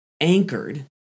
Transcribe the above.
anchored